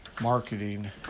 marketing